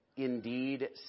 Indeed